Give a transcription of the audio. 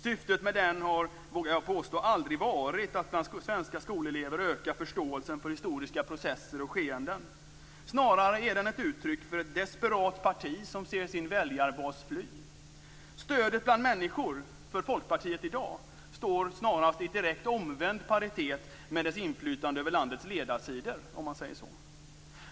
Syftet med den, vågar jag påstå, har aldrig varit att bland svenska skolelever öka förståelsen för historiska processer och skeenden. Snarare är den ett uttryck för ett desperat parti som ser sin väljarbas fly. Stödet bland människor för Folkpartiet i dag står snarast i direkt omvänd proportion till dess inflytande över landets ledarsidor, om man säger så.